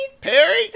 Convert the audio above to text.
Perry